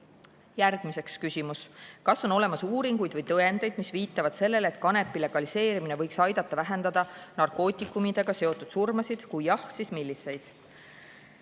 Järgmine küsimus: "Kas on olemas uuringuid või tõendeid, mis viitavad sellele, et kanepi legaliseerimine võiks aidata vähendada narkootikumidega seotud surmasid, ja kui jah, siis milliseid?"